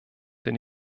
den